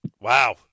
Wow